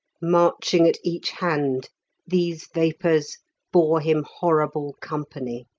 marching at each hand these vapours bore him horrible company.